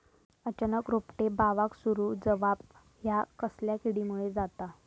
अचानक रोपटे बावाक सुरू जवाप हया कसल्या किडीमुळे जाता?